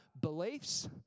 beliefs